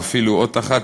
או אפילו אות אחת,